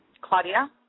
Claudia